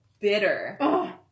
bitter